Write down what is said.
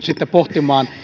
sitten pohtimaan